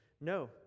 No